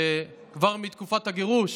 שכבר מתקופת הגירוש